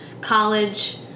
college